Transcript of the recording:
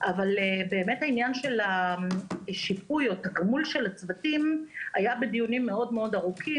אבל העניין של התגמול של הצוותים היה בדיונים מאוד ארוכים.